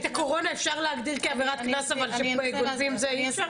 את הקורונה אפשר להגדיר כעבירת קנס אבל כשגונבים זה אי אפשר?